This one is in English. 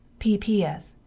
p p s.